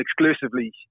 exclusively